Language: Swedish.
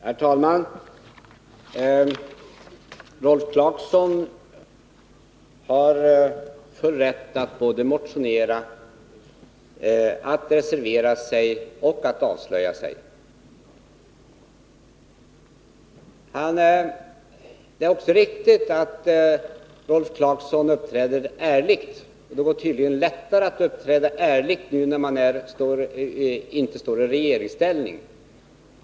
Herr talman! Rolf Clarkson har full rätt att både motionera, reservera sig och att avslöja sig. Det är också riktigt att Rolf Clarkson uppträder ärligt. Det går tydligen lättare att uppträda ärligt när man inte sitter i regeringsställning.